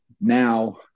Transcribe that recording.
now